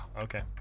okay